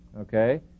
Okay